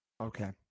Okay